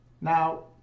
Now